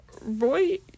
Roy